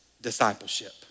discipleship